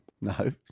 no